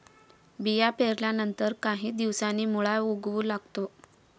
बिया पेरल्यानंतर काही दिवसांनी मुळा उगवू लागतो